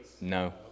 No